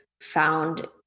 found